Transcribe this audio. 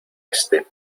este